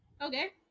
Okay